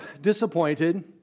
disappointed